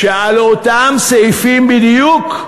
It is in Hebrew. על אותם סעיפים בדיוק,